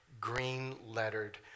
green-lettered